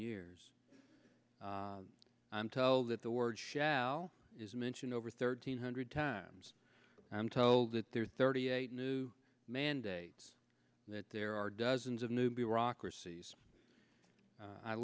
years i'm told that the word shall is mentioned over thirteen hundred times i'm told that there are thirty eight new mandates that there are dozens of new bureaucracies